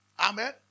Amen